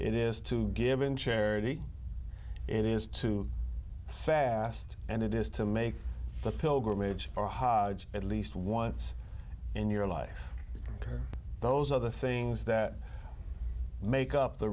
it is to give in charity it is to fast and it is to make the pilgrimage or hods at least once in your life are those other things that make up the